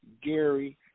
Gary